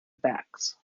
backs